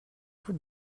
vous